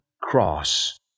cross